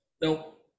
nope